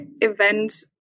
events